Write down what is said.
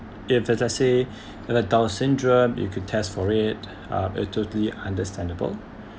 if let us say turner down syndrome you could test for it uh it totally understandable